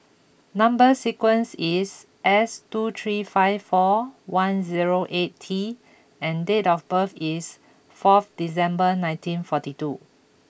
number sequence is S two three five four one zero eight T and date of birth is fourth December nineteen forty two